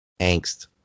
angst